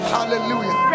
Hallelujah